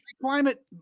Climate